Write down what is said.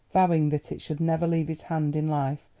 vowing that it should never leave his hand in life,